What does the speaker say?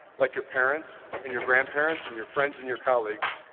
like your parents and your grand parents and your friends and your colleagues,